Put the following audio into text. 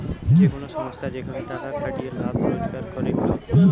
যে কোন সংস্থা যেখানে টাকার খাটিয়ে লাভ রোজগার করে